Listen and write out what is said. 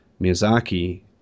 Miyazaki